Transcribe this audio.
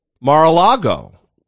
Mar-a-Lago